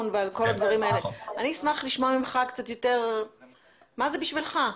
אבל אני אשמח לשמוע שתאמר לי מה זה בשבילך,